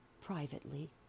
Privately